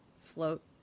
float